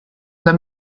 the